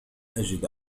أجد